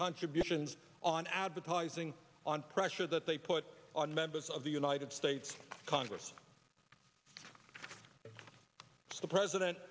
contributions on advertising on pressure that they put on members of the united states congress the